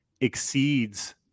exceeds